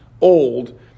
old